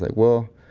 like well,